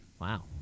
Wow